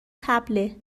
طبله